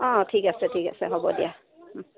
অঁ ঠিক আছে ঠিক আছে হ'ব দিয়া